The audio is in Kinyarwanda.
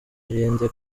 irinde